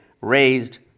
raised